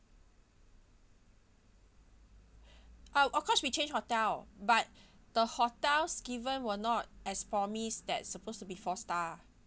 oh of course we change hotel but the hotels given were not as promised that supposed to be four star